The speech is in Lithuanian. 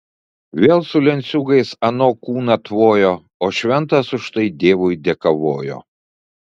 vėl su lenciūgais ano kūną tvojo o šventas už tai dievui dėkavojo